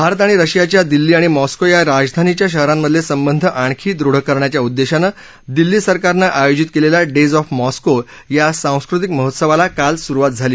भारत आणि रशियाच्या दिल्ली आणि मॅस्को या राजधानीच्या शहराक्रिले सक्क आणखी दृढ करण्याच्या उद्देशान दिल्ली सरकारन आयोजित केलेल्या डेज ऑफ मॉस्को या सास्कृतिक महोत्सवाला काल सुरुवात झाली